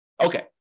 okay